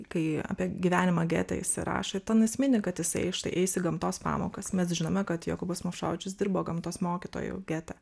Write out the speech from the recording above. kai apie gyvenimą gete jisai rašo ir ten jis mini kad jisai štai eis į gamtos pamokas mes žinome kad jokūbas movšovičius dirbo gamtos mokytoju gete